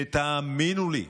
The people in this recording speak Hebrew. שתאמינו לי,